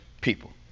people